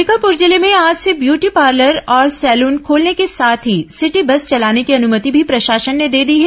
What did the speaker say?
अंबिकापुर जिले में आज से व्यटी पार्लर और सैलन खोलने के साथ ही सिटी बस चलाने की अनुमति भी प्रशासन ने दे दी है